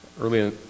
Early